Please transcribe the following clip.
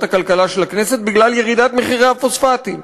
הכלכלה של הכנסת בגלל ירידת מחירי הפוספטים.